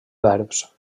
verbs